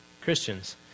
Christians